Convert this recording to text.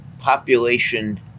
population